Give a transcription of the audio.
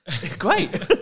great